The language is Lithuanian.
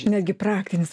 čia netgi praktinis